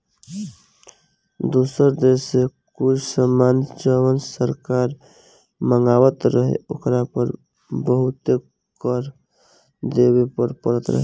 दुसर देश से कुछ सामान जवन सरकार मँगवात रहे ओकरा पर बहुते कर देबे के परत रहे